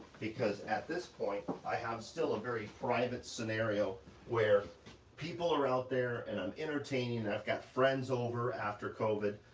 because at this point, i have still a very private scenario where people are out there, and i'm entertaining, and i've got friends over, after covid,